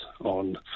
on